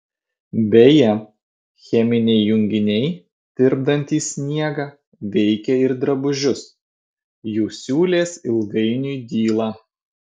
beje cheminiai junginiai tirpdantys sniegą veikia ir drabužius jų siūlės ilgainiui dyla